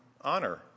honor